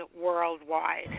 worldwide